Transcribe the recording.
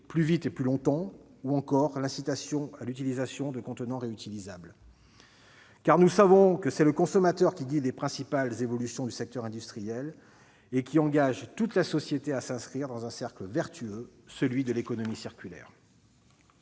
plus rapidement et plus longtemps ou l'incitation à recourir à des contenants réutilisables. Nous savons en effet que c'est le consommateur qui guide les principales évolutions du secteur industriel et qui engage toute la société à s'inscrire dans une démarche vertueuse, celle de l'économie circulaire.